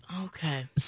Okay